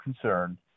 concern